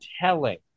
telling